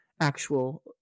actual